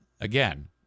Again